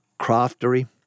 craftery